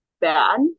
bad